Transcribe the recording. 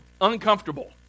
Uncomfortable